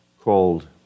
called